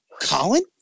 colin